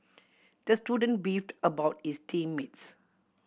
the student beefed about his team mates